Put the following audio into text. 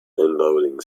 unloading